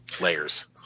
layers